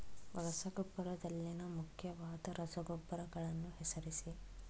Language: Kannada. ರಸಗೊಬ್ಬರದಲ್ಲಿನ ಮುಖ್ಯವಾದ ರಸಗೊಬ್ಬರಗಳನ್ನು ಹೆಸರಿಸಿ?